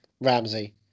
Ramsey